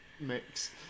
mix